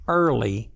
early